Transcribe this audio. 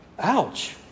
ouch